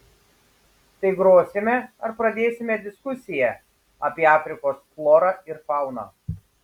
tai grosime ar pradėsime diskusiją apie afrikos florą ir fauną